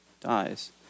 dies